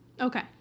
Okay